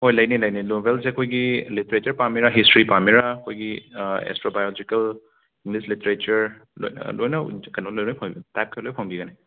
ꯍꯣꯏ ꯂꯩꯅꯤ ꯂꯩꯅꯤ ꯅꯣꯕꯦꯜꯁꯦ ꯑꯩꯈꯣꯏꯒꯤ ꯂꯤꯇꯦꯔꯦꯆꯔ ꯄꯥꯝꯃꯤꯔꯥ ꯍꯤꯁꯇ꯭ꯔꯤ ꯄꯥꯝꯃꯤꯔꯥ ꯑꯩꯈꯣꯏꯒꯤ ꯑꯦꯁꯇ꯭ꯔꯣ ꯕꯥꯏꯌꯣꯖꯤꯀꯜ ꯏꯪꯂꯤꯁ ꯂꯤꯇꯦꯔꯦꯆꯔ ꯂꯣꯏꯅ ꯂꯣꯏꯅꯃꯀ ꯀꯩꯅꯣ ꯂꯣꯏꯅ ꯐꯪꯉꯤ ꯇꯥꯏꯞꯈꯩ ꯂꯣꯏ ꯐꯪꯕꯤꯒꯅꯤ